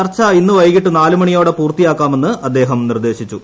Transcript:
ചർച്ച ഇന്ന് വൈകിട്ട് നാലുമണിയ്യോടെ പൂർത്തിയാക്കാമെന്ന് അദ്ദേഹം നിർദ്ദേശിച്ചു